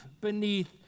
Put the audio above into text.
beneath